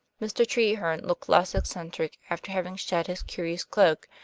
mr. treherne looked less eccentric after having shed his curious cloak,